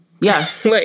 yes